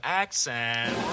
accent